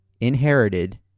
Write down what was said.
inherited